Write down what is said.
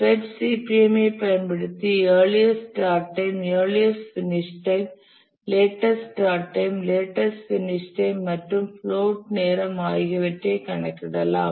PERT CPM ஐப் பயன்படுத்தி earliest start time earliest finish time latest start time latest finish time மற்றும் float நேரம் ஆகியவற்றைக் கணக்கிடலாம்